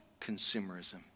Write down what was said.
consumerism